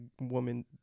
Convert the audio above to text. woman